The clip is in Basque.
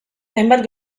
hainbat